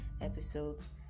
episodes